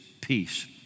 peace